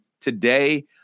today